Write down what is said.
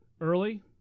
early